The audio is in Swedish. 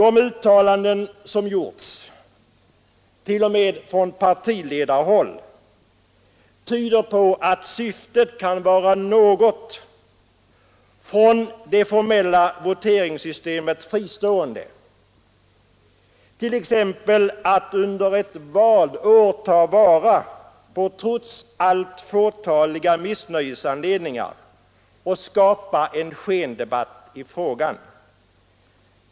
De uttalanden som gjorts t.o.m. från partiledarhåll tyder på att syftet kan vara något från det formella voteringssystemet fristående — t.ex. att under ett valår ta vara på trots allt fåtaliga missnöjesanledningar och skapa en skendebatt i frågan.